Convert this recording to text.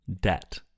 debt